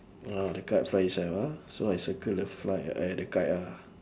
ah the kite fly itself ah so I circle the fly I the kite ah